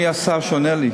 מי השר שעונה לי?